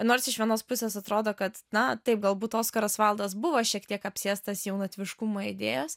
nors iš vienos pusės atrodo kad na taip galbūt oskaras vaildas buvo šiek tiek apsėstas jaunatviškumo idėjos